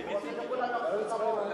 הוא רוצה שכולם יחשבו כמוהו.